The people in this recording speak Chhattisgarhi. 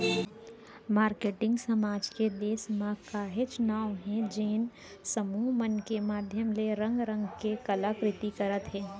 मारकेटिंग समाज के देस म काहेच नांव हे जेन समूह मन के माधियम ले रंग रंग के कला कृति करत हे